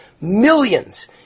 millions